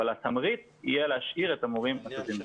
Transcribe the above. אבל התמריץ יהיה להשאיר את המורים הטובים יותר.